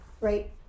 right